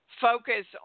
focus